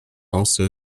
also